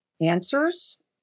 answers